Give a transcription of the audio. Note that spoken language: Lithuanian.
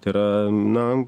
tai yra na